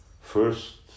first